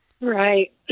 Right